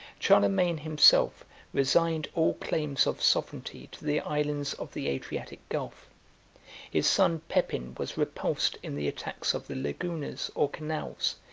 charlemagne himself resigned all claims of sovereignty to the islands of the adriatic gulf his son pepin was repulsed in the attacks of the lagunas or canals,